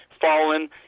fallen